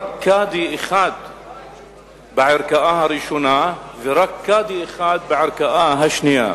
רק קאדי אחד בערכאה הראשונה ורק קאדי אחד בערכאה השנייה.